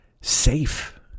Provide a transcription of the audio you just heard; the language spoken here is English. safe